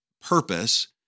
purpose